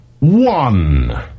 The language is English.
one